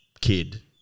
kid